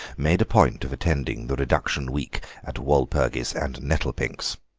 made a point of attending the reduction week at walpurgis and nettlepink's.